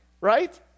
right